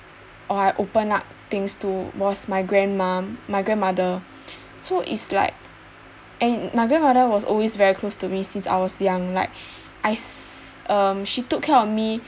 or I open up things to was my grand mum my grandmother so it's like and my grandmother was always close to me since I was young like I um she took care of me